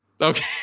okay